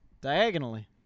Diagonally